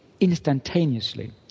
instantaneously